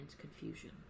confusion